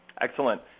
Excellent